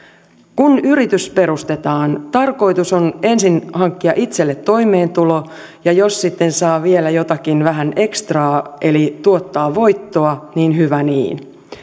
kun yritys perustetaan tarkoitus on ensin hankkia itselle toimeentulo ja jos sitten saa vielä jotakin vähän ekstraa eli tuottaa voittoa niin hyvä niin